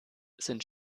sind